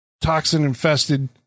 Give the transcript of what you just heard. toxin-infested